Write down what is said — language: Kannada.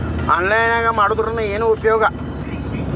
ಆನ್ಲೈನ್ ನಾಗ್ ಮಾರೋದ್ರಿಂದ ಏನು ಉಪಯೋಗ?